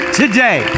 today